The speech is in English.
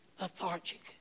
lethargic